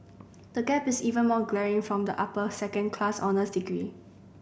the gap is even more glaring for the upper second class honours degree